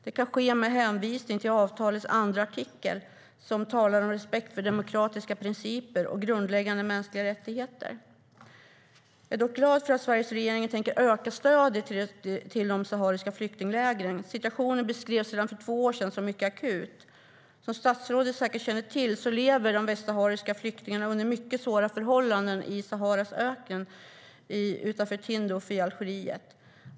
Det kan ske med hänvisning till avtalets andra artikel, som talar om respekt för demokratiska principer och grundläggande mänskliga rättigheter. Jag är glad att Sveriges regering tänker öka stödet till de sahariska flyktinglägren. Situationen beskrevs redan för två år sedan som mycket akut. Som statsrådet säkert känner till lever de västsahariska flyktingarna under mycket svåra förhållanden i Saharas öken utanför Tindouf i Algeriet.